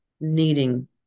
needing